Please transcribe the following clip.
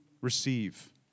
receive